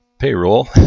payroll